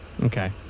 Okay